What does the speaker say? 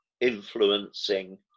influencing